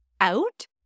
out